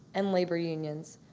and labor unions.